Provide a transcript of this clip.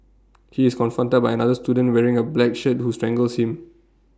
he is confronted by another student wearing A black shirt who strangles him